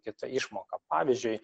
kita išmoka pavyzdžiui